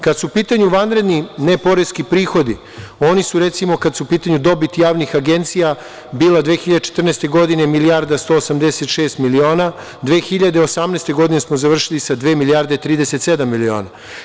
Kada su u pitanju vanredni neporeski prihodi, oni su recimo kada je u pitanju dobit javnih agencija bila 2014. godine milijarda 186 miliona, 2018. godinu smo završili sa dve milijarde 37 miliona.